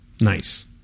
Nice